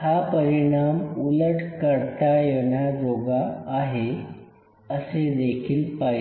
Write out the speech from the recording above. हा परिणाम उलट करता येण्याजोगा आहे असे देखील पाहिले